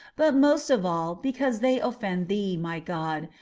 but most of all because they offend thee, my god,